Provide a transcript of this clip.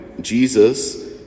Jesus